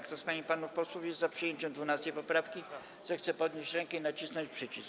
Kto z pań i panów posłów jest za przyjęciem 12. poprawki, zechce podnieść rękę i nacisnąć przycisk.